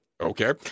Okay